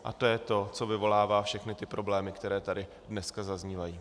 A to je to, co vyvolává všechny ty problémy, které tady dneska zaznívají.